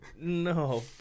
no